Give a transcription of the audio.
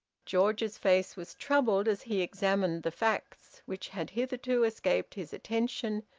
george's face was troubled, as he examined the facts, which had hitherto escaped his attention,